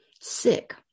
sick